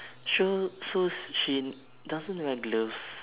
so so she doesn't wear gloves